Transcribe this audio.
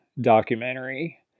documentary